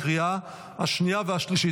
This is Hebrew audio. לקריאה השנייה והשלישית.